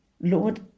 Lord